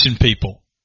people